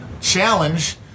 challenge